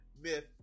myth